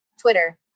Twitter